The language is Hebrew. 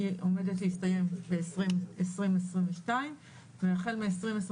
שהיא עומדת להסתיים ב־2022 והחל מ־2023